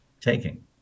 taking